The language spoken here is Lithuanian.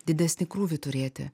didesnį krūvį turėti